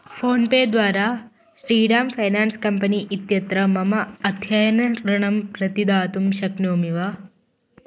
PhonePe द्वारा Shriram finance company इत्यत्र मम अध्ययनऋणं प्रतिदातुं शक्नोमि वा